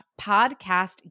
podcast